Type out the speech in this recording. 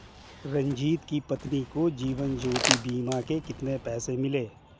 रंजित की पत्नी को जीवन ज्योति बीमा के कितने पैसे मिले?